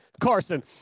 Carson